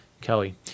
Kelly